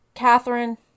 Catherine